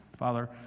Father